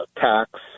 tax